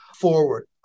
forward